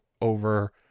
over